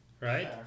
right